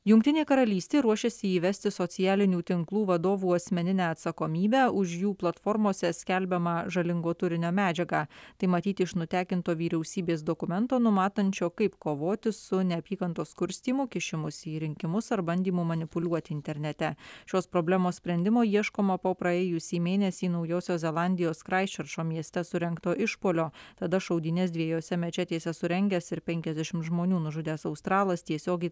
jungtinė karalystė ruošiasi įvesti socialinių tinklų vadovų asmeninę atsakomybę už jų platformose skelbiamą žalingo turinio medžiagą tai matyti iš nutekinto vyriausybės dokumento numatančio kaip kovoti su neapykantos kurstymu kišimusi į rinkimus ar bandymu manipuliuoti internete šios problemos sprendimo ieškoma po praėjusį mėnesį naujosios zelandijos kraistčerčo mieste surengto išpuolio tada šaudynes dviejose mečetėse surengęs ir penkiasdešim žmonių nužudęs australas tiesiogiai